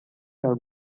água